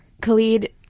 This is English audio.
Khalid